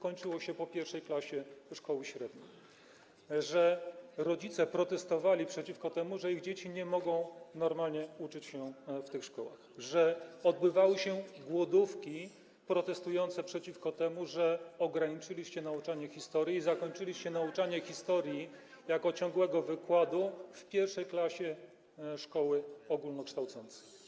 kończyło się po I klasie szkoły średniej, że rodzice protestowali przeciwko temu, że ich dzieci nie mogą normalnie uczyć się w tych szkołach, że odbywały się głodówki protestacyjne przeciwko temu, że ograniczyliście nauczanie historii i zakończyliście nauczanie historii jako ciągłego wykładu w I klasie szkoły ogólnokształcącej.